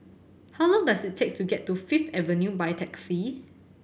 how long does it take to get to Fifth Avenue by taxi